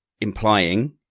implying